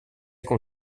con